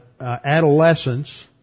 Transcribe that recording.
adolescence